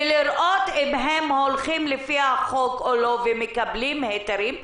לראות אם הן הולכות לפי החוק או לא ומקבלות היתרים,